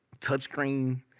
touchscreen